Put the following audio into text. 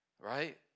Right